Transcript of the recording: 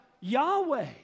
Yahweh